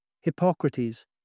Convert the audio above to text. hippocrates